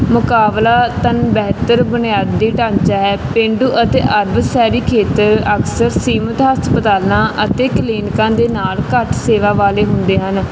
ਮੁਕਾਬਲਾ ਤਨ ਬਹਿਤਰ ਬੁਨਿਆਦੀ ਢਾਂਚਾ ਹੈ ਪੇਂਡੂ ਅਤੇ ਅਰਬ ਸ਼ਹਿਰੀ ਖੇਤਰ ਅਕਸਰ ਸੀਮਤ ਹਸਪਤਾਲਾਂ ਅਤੇ ਕਲੀਨਿਕਾਂ ਦੇ ਨਾਲ ਘੱਟ ਸੇਵਾ ਵਾਲੇ ਹੁੰਦੇ ਹਨ